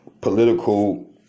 political